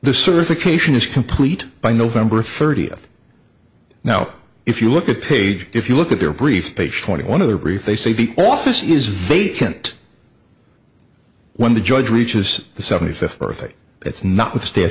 the certification is complete by november thirtieth now if you look at page if you look at their brief page twenty one of their brief they say the office is vacant when the judge reaches the seventy fifth birthday it's not withsta